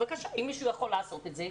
אם מישהו יכול לעשות את זה,